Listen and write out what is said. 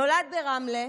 נולד ברמלה,